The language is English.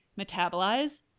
metabolize